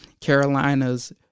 Carolina's